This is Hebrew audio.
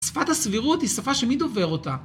שפת הסבירות היא שפה שמי דובר אותה